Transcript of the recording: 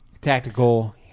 tactical